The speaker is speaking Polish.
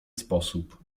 sposób